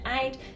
eight